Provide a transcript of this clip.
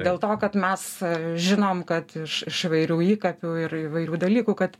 dėl to kad mes žinom kad iš įvairių įkapių ir įvairių dalykų kad